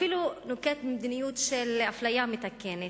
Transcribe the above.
אפילו נוקט מדיניות של אפליה מתקנת.